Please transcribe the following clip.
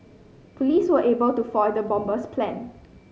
police were able to foil the bomber's plan